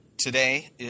Today